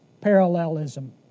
parallelism